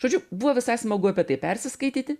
žodžiu buvo visai smagu apie tai persiskaityti